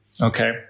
Okay